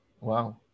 wow